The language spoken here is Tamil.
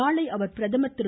நாளை அவர் பிரதமர் திரு